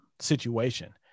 situation